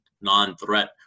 non-threat